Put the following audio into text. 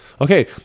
okay